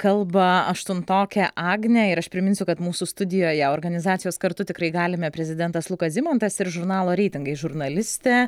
kalba aštuntokė agnė ir aš priminsiu kad mūsų studijoje organizacijos kartu tikrai galime prezidentas lukas zimantas ir žurnalo reitingai žurnalistė